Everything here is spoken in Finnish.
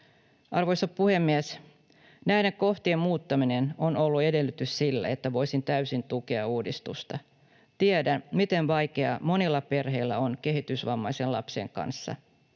Arvoisa puhemies! Näiden kohtien muuttaminen on ollut edellytys sille, että voisin täysin tukea uudistusta. Tiedän, miten vaikeaa monilla perheillä on kehitysvammaisen lapsen kanssa.